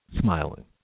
Smiling